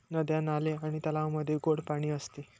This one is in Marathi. नद्या, नाले आणि तलावांमध्ये गोड पाणी असते